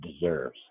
deserves